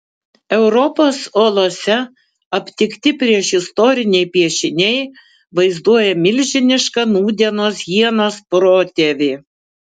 europos olose aptikti priešistoriniai piešiniai vaizduoja milžinišką nūdienos hienos protėvį